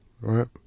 Right